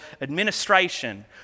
administration